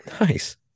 Nice